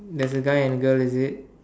there is a guy and girl is it